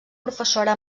professora